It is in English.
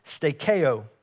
stakeo